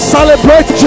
Celebrate